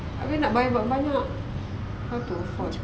abeh nak bayar banyak-banyak how to afford